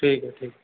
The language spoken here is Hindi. ठीक है ठीक है